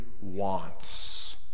wants